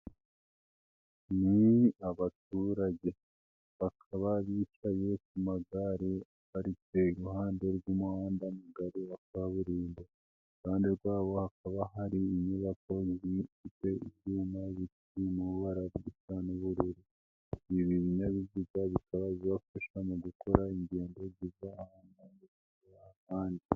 Ni abaturage bakaba bicaye ku magare aparitse iruhande rw'umuhanda wa kaburimbo, iruhande rwabo hakaba hari inyubako ifite ibyuma bikiri mu mabara y'ubururu. Ibi binyabiziga bikabafasha mu gukora ingendo ziva ahandi.